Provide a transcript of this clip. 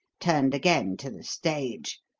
turned again to the stage,